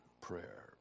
prayer